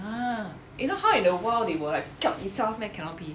ah if not how in the world it will like kiap itself meh cannot be